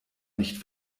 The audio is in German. nicht